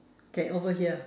can overhear